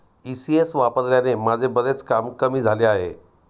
ECS वापरल्याने माझे बरेच काम कमी झाले आहे